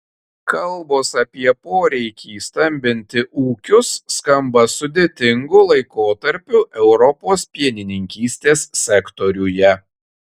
kalbos apie poreikį stambinti ūkius skamba sudėtingu laikotarpiu europos pienininkystės sektoriuje